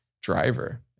driver